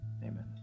Amen